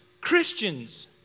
Christians